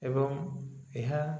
ଏବଂ ଏହା